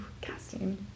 Casting